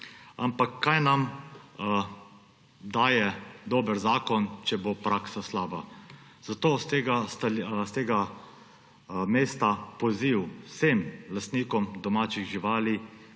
Ampak kaj nam daje dober zakon, če bo praksa slaba? Zato s tega mesta poziv vsem lastnikom domačih živali